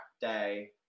day